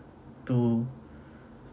to